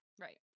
Right